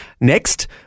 Next